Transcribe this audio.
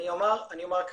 אני אומר כך,